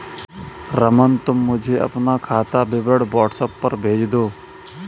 रमन, तुम मुझे अपना खाता विवरण व्हाट्सएप पर भेज दो